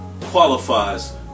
qualifies